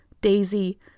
Daisy